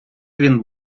він